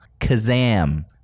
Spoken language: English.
kazam